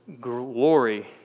Glory